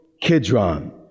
Kidron